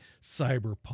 cyberpunk